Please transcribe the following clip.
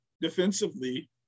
defensively